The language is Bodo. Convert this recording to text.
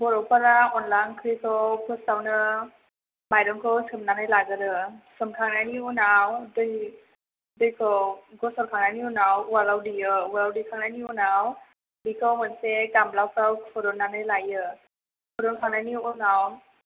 बर'फोरा अनला ओंख्रिखौ फोसआवनो माइरंखौ सोमनानै लागोरो सोमखांनायनि उनाव दै दैखौ फसरखांनायनि उनाव उवालाव देयो उवालाव देखांनायनि उनाव बेखौ खनसे गामलाफ्राव खुर'ननानै लायो खुर'न खांनायनि उनाव